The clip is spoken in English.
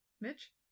Mitch